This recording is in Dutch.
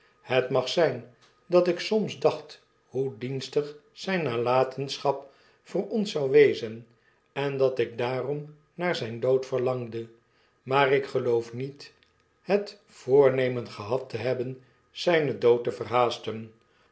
het mag zyn dat ik soms dacht hoe dienstig zyn nalatenschap voor ons zou wezen en dat ik daarom naar zijn dood verlangde maar ik geloof niet het voornemen gehad te hebben zijnen dood te